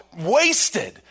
wasted